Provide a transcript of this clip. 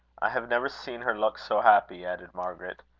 i have never seen her look so happy, added margaret.